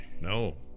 No